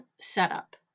setup